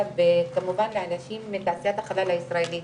וכמובן מאנשים מתעשיית החלל הישראלית,